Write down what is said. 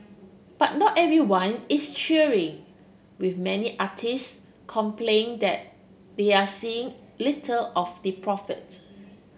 but not everyone is cheering with many artists complaining that they are seeing little of the profit